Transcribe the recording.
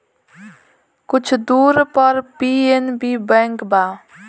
कुछ दूर पर पी.एन.बी बैंक बा